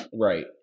Right